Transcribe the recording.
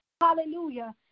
Hallelujah